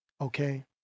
okay